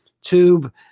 tube